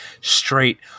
straight